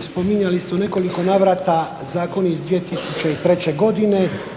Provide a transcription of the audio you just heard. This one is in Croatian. Spominjali ste u nekoliko navrata zakon iz 2003.godine